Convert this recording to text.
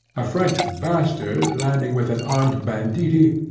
a french bastard landing with an armed banditti,